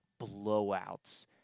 blowouts